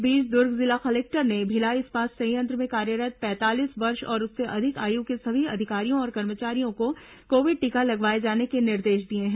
इस बीच दूर्ग जिला कलेक्टर ने भिलाई इस्पात संयंत्र में कार्यरत् पैंतालीस वर्ष और उससे अधिक आयु के सभी अधिकारियों और कर्मचारियों को कोविड टीका लगाए जाने के निर्देश दिए हैं